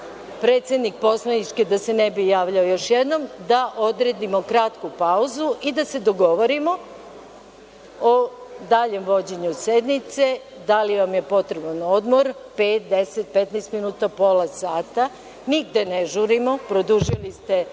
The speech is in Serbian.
predsednik poslaničke, da se ne bi javljao još jednom, da odredimo kratku pauzu i da se dogovorimo o daljem vođenju sednice, da li vam je potreban odmor, pet, deset, petnaest minuta, pola sata, nigde ne žurimo, produžili ste